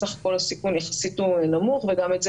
בסך הכול הסיכון יחסית נמוך וגם את זה